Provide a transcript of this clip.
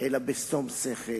אלא בשום שכל,